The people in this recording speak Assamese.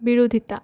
বিৰোধীতা